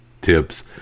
tips